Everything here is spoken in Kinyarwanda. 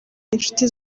inshuti